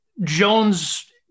Jones